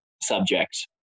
subject